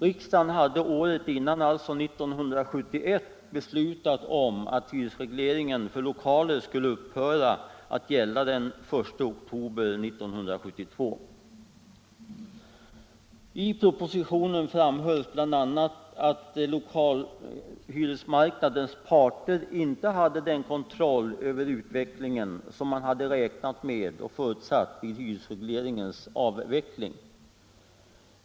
Riksdagen hade året innan, alltså 1971, beslutat om att hyresregleringen för lokaler skulle upphöra den 1 oktober 1972. I propositionen framhölls bl.a. att lokalhyresmarknadens parter inte hade den kontroll över utvecklingen som man hade räknat med och förutsatt vid hyresregleringens avveckling.